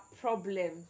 problem